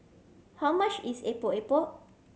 how much is Epok Epok